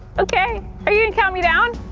okay, are you gonna count me down?